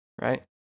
right